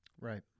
Right